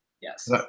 Yes